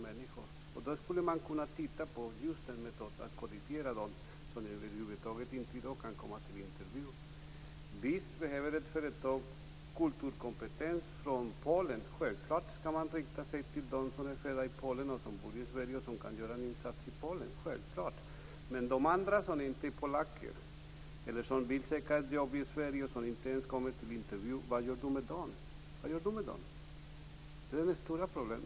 Där skulle man kunna titta på just metoden att kodifiera dem som i dag över huvud taget inte kan komma till någon intervju. Om ett företag behöver kulturkompetens från Polen skall det självfallet rikta sig till dem som är födda i Polen, som bor i Sverige och som kan göra en insats i Polen. Det är ju självklart. Men de andra, som inte är polacker, eller som vill söka jobb i Sverige men som inte ens kommer till intervju - vad gör ministern med dem? Det är det stora problemet.